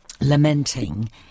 lamenting